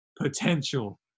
potential